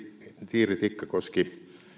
kirri tikkakoski